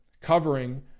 covering